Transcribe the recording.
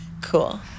Cool